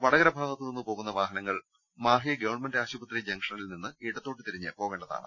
വടകര ഭാഗത്തു നിന്ന് പോകുന്ന വാഹനങ്ങൾ മാഹി ഗവൺമെന്റ് ആശുപത്രി ജംഗ്ഷനിൽ നിന്ന് ഇടത്തോട്ടു തിരിഞ്ഞ് പോകേണ്ടതാണ്